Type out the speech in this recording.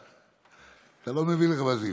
אתה לא מבין רמזים.